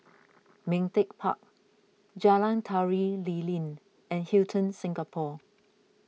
Ming Teck Park Jalan Tari Lilin and Hilton Singapore